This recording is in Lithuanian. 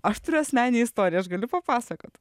aš turiu asmeninę istoriją aš galiu papasakot